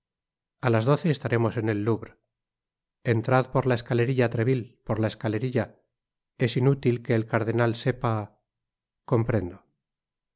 a las doce estaremos en el louvre entrad por la escalerilla treville por la escalerilla es inútil que el cardenal sepa comprendo ya veis que